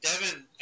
Devin